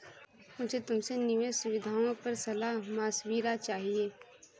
मुझे तुमसे निवेश सुविधाओं पर सलाह मशविरा चाहिए